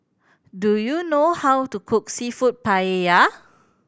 do you know how to cook Seafood Paella